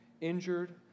injured